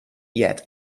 yet